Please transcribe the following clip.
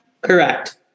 Correct